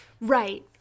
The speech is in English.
right